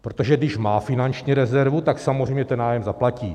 Protože když má finanční rezervu, tak samozřejmě ten nájem zaplatí.